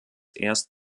erst